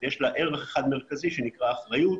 יש לה ערך אחד מרכזי שנקרא אחריות.